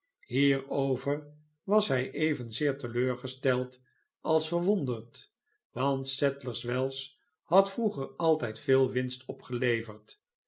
hierover was hij evenzeer teleurgesteld als verwonderd want sadlers wells had vroeger altijd veel winst opgeleverd